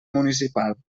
municipal